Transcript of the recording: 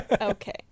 okay